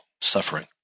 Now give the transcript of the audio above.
suffering